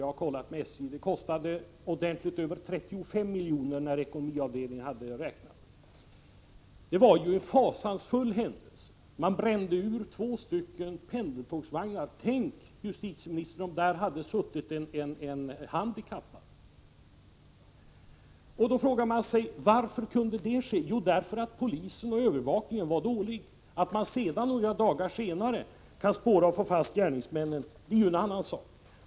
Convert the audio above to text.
Jag har kontrollerat med SJ, och kostnaderna uppgick enligt ekonomiavdelningens beräkning till ordentligt över 35 miljoner. Man brände ur två pendeltågsvagnar. Tänk, justitieministern, om där hade suttit en handikappad! Hur kunde detta ske? Jo, därför att polisens övervakningsresurser var dåliga. Att man sedan några dagar senare kunde spåra och få fast gärningsmännen är ju en annan sak.